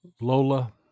Lola